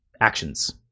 actions